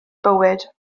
bywyd